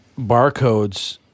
barcodes